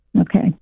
Okay